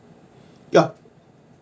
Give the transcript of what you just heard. yup